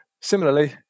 Similarly